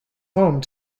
home